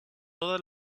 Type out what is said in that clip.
toda